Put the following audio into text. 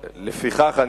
לפיכך, אני